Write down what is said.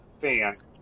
fans